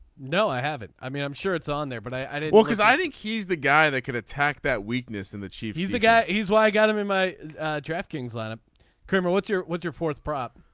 no i have. and i mean i'm sure it's on there but i don't because i think he's the guy that can attack that weakness in the chief he's the guy. he's why i got him in my draft kingsland ah kramer what's your what's your fourth problem.